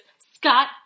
Scott